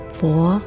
four